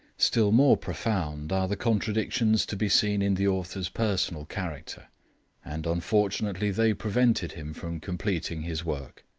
still more profound are the contradictions to be seen in the author's personal character and unfortunately they prevented him from completing his work.